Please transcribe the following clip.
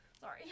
sorry